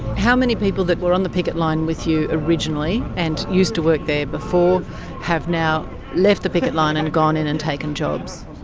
how many people that were on the picket line with you originally and used to work there before have now left the picket line and gone in and taken jobs?